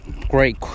great